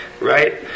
right